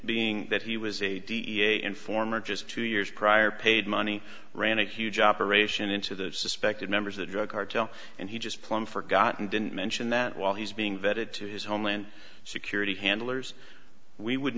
being that he was a da informant just two years prior paid money ran a huge operation into the suspected members of the drug cartel and he just plumb forgot and didn't mention that while he's being vetted to his homeland security handlers we would